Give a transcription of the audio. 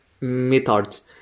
methods